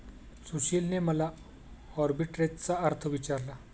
सुशीलने मला आर्बिट्रेजचा अर्थ विचारला